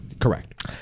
correct